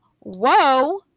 whoa